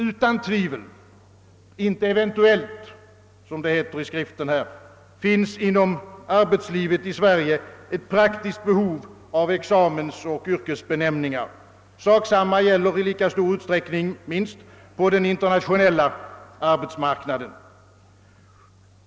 Utan tvivel — inte »eventuellt«, som det heter i utskottsutlåtandet — finns det inom arbetslivet i Sverige ett praktiskt behov av examensoch yrkesbenämningar. Sak samma gäller i minst lika stor utsträckning på den internationella arbetsmarknaden.